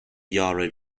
yarra